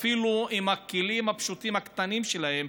אפילו עם הכלים הפשוטים הקטנים שלהם,